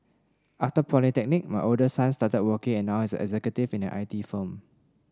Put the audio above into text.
after polytechnic my oldest son started working and now he's an executive in an I T firm